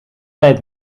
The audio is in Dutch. tijd